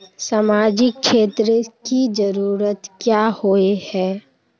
सामाजिक क्षेत्र की जरूरत क्याँ होय है?